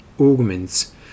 augments